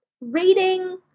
reading